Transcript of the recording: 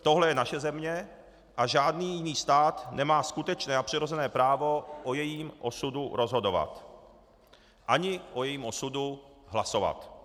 Tohle je naše země a žádný jiný stát nemá skutečné a přirozené právo o jejím osudu rozhodovat ani o jejím osudu hlasovat.